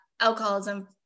alcoholism